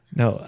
no